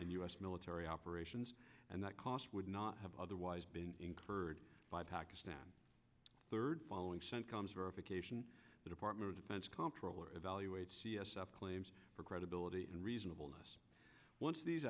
and us military operations and that cost would not have otherwise been incurred by pakistan third following cent comes verification the department of defense comptroller evaluate claims for credibility and reasonable once these